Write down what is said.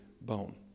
bone